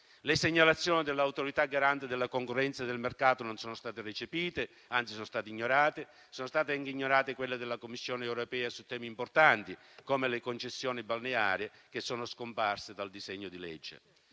Le segnalazioni dell'Autorità garante della concorrenza e del mercato non sono state recepite (anzi, sono state ignorate), così come sono state ignorate quelle della Commissione europea su temi importanti come le concessioni balneari, che sono scomparse dal disegno di legge.